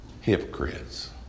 hypocrites